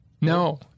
No